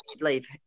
leave